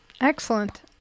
Excellent